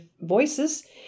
voices